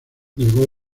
llegó